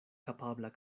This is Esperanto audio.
kapabla